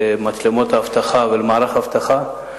למצלמות האבטחה ולמערך האבטחה.